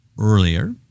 earlier